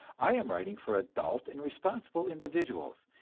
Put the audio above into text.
i am writing for adult and responsible individuals,